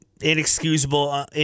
inexcusable